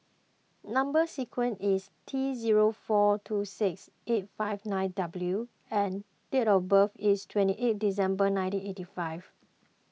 Number Sequence is T zero four two six eight five nine W and date of birth is twenty eight December nineteen eighty five